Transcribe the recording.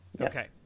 Okay